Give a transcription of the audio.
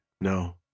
No